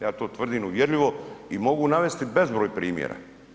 Ja to tvrdim uvjerljivo i mogu navesti bezbroj primjera.